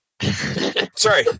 Sorry